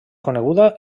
coneguda